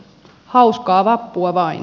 hauskaa vappua vain